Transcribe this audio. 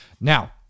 Now